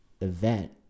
event